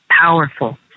powerful